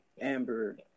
Amber